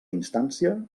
instància